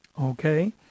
okay